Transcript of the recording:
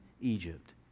Egypt